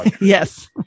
Yes